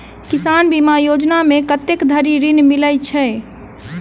किसान बीमा योजना मे कत्ते धरि ऋण मिलय छै?